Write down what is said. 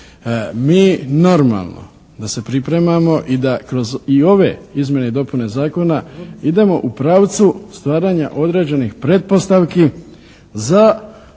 Mi normalno da se pripremamo i da kroz i ove izmjene i dopune zakona idemo u pravcu stvaranja određenih pretpostavki za